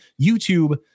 YouTube